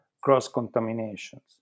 cross-contaminations